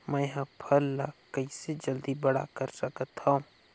मैं ह फल ला कइसे जल्दी बड़ा कर सकत हव?